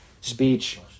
speech